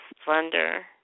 splendor